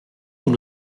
nous